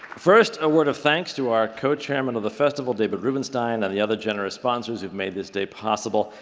first, a word of thanks to our co-chairman of the festival, david rubenstein, and the other generous sponsors who've made this day possible.